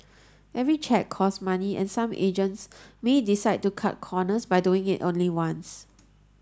every check costs money and some agents may decide to cut corners by doing it only once